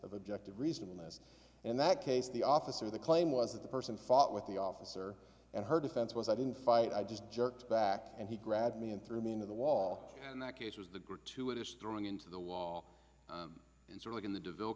of objective reasonable this and that case the officer the claim was that the person fought with the officer and her defense was i didn't fight i just jerked back and he grabbed me and threw me into the wall and that case was the gratuitous drawing into the wall is really going to develop